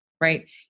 Right